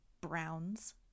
browns